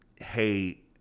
Hey